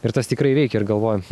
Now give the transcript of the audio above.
ir tas tikrai veikia ir galvoji